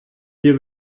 wir